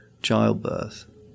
childbirth